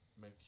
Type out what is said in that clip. make